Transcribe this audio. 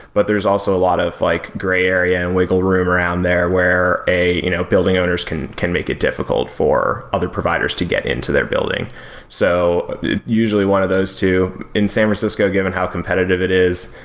but there's also a lot of like gray area and wiggle room around there, where you know building owners can can make it difficult for other providers to get into their building so usually, one of those two in san francisco, given how competitive it is,